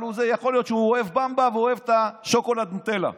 אבל יכול להיות שהוא אוהב במבה ואוהב שוקולד נוטלה.